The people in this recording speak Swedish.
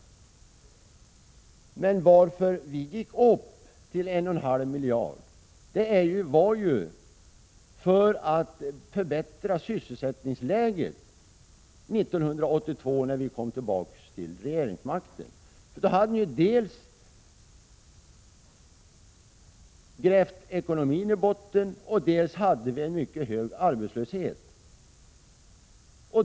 Men anledningen till att vi gick upp till 1,5 miljarder var att vi ville förbättra sysselsättningsläget 1982 när vi kom tillbaka till regeringsmakten. Dels hade ni då kört ekonomin i botten, dels hade vi en mycket hög arbetslöshet.